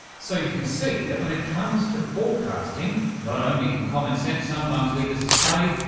so you can see that when it comes to forecasting, not only can common sense sometimes lead us astray,